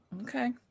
Okay